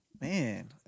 Man